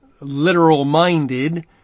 literal-minded